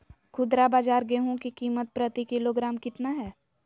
खुदरा बाजार गेंहू की कीमत प्रति किलोग्राम कितना है?